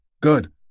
Good